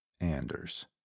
Anders